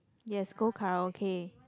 yes go karaoke